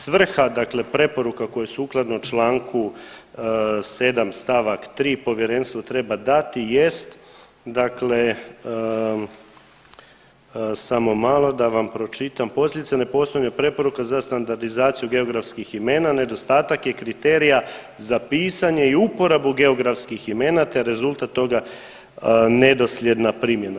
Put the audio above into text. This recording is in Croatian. Svrha dakle preporuka koje sukladno čl. 7. st. 3. povjerenstvo treba dati jest dakle, samo malo da vam pročitam, posljedice nepostojanja preporuka za standardizaciju geografskih imena nedostatak je kriterija za pisanje i uporabu geografskih imena, te rezultat toga je nedosljedna primjena.